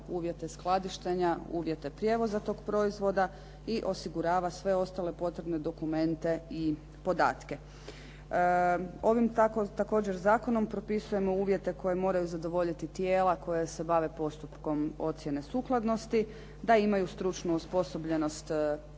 uvjete skladištenja, uvjete prijevoza tog proizvoda i osigurava sve ostale potrebne dokumente i podatke. Ovim također zakonom propisujemo uvjete koje moraju zadovoljiti tijela koja se bave postupkom ocjene sukladnosti da imaju stručnu osposobljenost osoblja